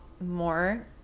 more